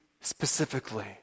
specifically